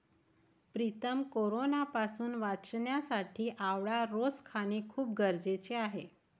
प्रीतम कोरोनापासून वाचण्यासाठी आवळा रोज खाणे खूप गरजेचे आहे